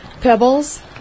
Pebbles